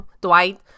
dwight